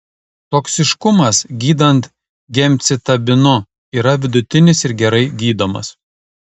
toksiškumas gydant gemcitabinu yra vidutinis ir gerai gydomas